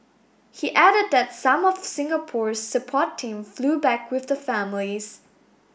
he added that some of Singapore's support team flew back with the families